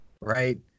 right